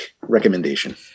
recommendation